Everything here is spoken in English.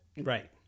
Right